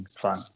fun